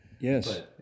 Yes